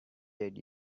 dead